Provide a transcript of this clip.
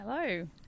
Hello